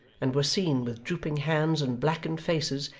and were seen, with drooping hands and blackened faces,